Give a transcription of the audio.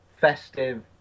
festive